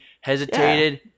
hesitated